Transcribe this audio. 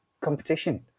competition